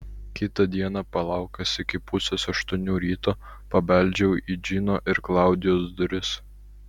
kitą dieną palaukęs iki pusės aštuonių ryto pabeldžiau į džino ir klaudijos duris